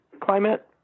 climate